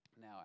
now